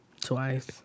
twice